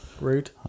rude